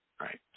right